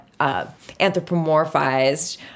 anthropomorphized